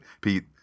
Pete